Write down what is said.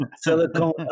Silicon